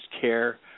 care